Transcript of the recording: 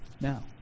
Now